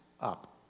up